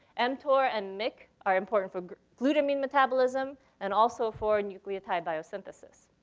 mtorc and myc are important for glutamine metabolism and also for nucleotide biosynthesis.